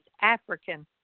African